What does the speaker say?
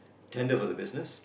tender for the business